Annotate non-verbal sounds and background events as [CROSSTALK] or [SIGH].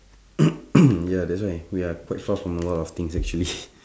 [COUGHS] ya that's why we are quite far from a lot of things actually [LAUGHS]